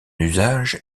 usage